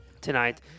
tonight